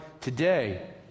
today